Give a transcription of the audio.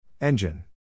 Engine